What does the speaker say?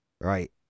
right